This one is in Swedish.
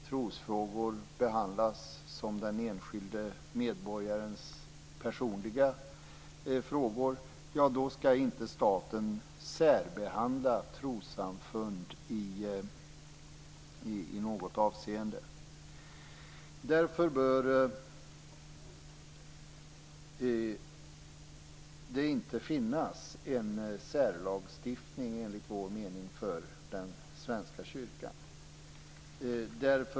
Trosfrågor skall behandlas som den enskilde medborgarens personliga frågor. Staten skall inte särbehandla trossamfund i något avseende. Därför bör det, enligt vår mening, inte finnas en särlagstiftning för den Svenska kyrkan.